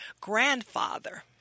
grandfather